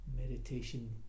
Meditation